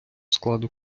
складу